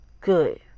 good